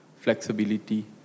flexibility